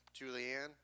Julianne